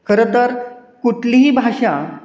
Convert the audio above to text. खरंतर कुठलीही भाषा